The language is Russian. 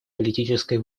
политической